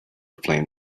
flame